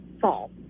fall